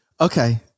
okay